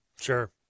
Sure